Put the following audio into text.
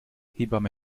hebamme